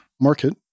market